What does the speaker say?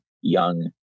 young